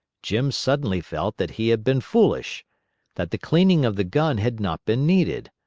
jim suddenly felt that he had been foolish that the cleaning of the gun had not been needed.